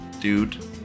dude